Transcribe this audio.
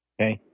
Okay